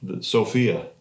Sophia